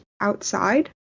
outside